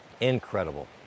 Incredible